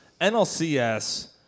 NLCS